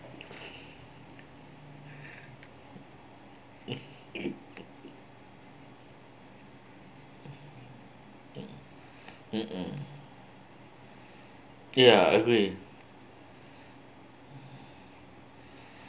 mmhmm ya agree